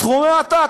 סכומי עתק.